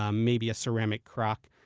um maybe a ceramic crock,